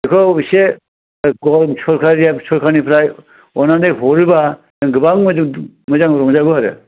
बेखौ एसे गभर्नमेन्ट सोरखारनिफ्राय अननानै हरोबा जों गोबां मोजां रंजागौ आरो